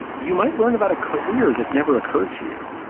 you might learn about a career that never occurred to you.